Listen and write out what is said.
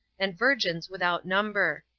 and virgins without number.